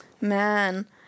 Man